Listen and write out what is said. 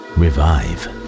revive